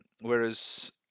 Whereas